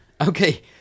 Okay